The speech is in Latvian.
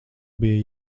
bija